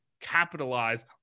capitalize